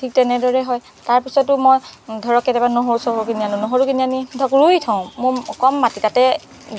ঠিক তেনেদৰে হয় তাৰপিছতো মই ধৰক কেতিয়াবা নহৰু চহৰু কিনি আনো নহৰু কিনি আনি তাক ৰুই থওঁ মোৰ কম মাটি তাতে